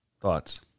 thoughts